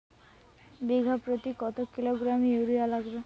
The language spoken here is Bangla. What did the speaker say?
বিঘাপ্রতি কত কিলোগ্রাম ইউরিয়া লাগবে?